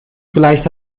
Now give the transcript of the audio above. vielleicht